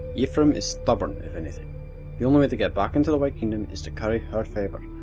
yhprum is stubborn if anything. the only way to get back into the white kingdom is to curry her favor,